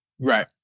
Right